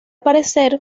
parecer